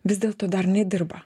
vis dėlto dar nedirba